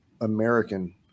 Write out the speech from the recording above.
American